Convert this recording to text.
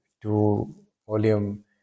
two-volume